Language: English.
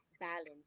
balance